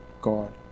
God